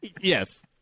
Yes